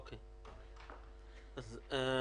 שוב.